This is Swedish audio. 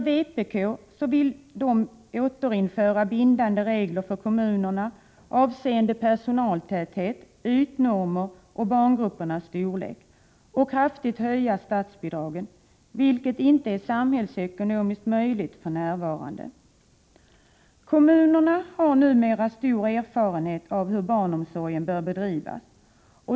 Vpk vill återinföra bindande regler för kommunerna avseende personaltäthet, ytnormer och barngruppernas storlek samt kraftigt höja statsbidraget, vilket för närvarande inte är samhällsekonomiskt möjligt. Kommunerna har numera stor erfarenhet av hur barnomsorgen bör bedrivas.